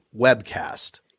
webcast